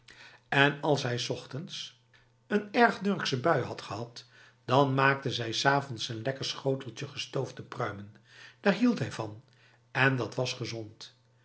en als hij s ochtends een erg nurkse bui had gehad dan maakte zij s avonds een lekker schoteltje gestoofde pruimen daar hield hij van en dat was gezond